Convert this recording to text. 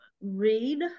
read